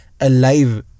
alive